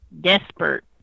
desperate